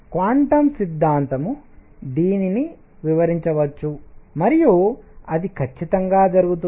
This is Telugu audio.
క్వాంటం సిద్ధాంతం దీనిని వివరించవచ్చు మరియు అది ఖచ్చితంగా జరుగుతుంది